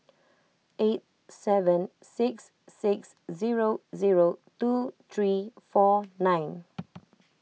eight seven six six zero zero two three four nine